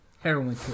heroin